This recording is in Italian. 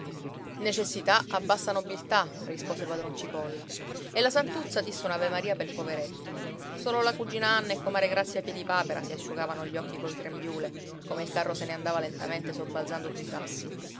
necessità abbassa nobiltà rispose padron cipolla e la santuzza disse un'avemaria pel poveretto solo la cugina anna e comare grazia piedipapera si asciugavano gli occhi col grembiule come il carro se ne andava lentamente sobbalzando sui sassi